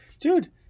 dude